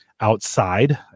outside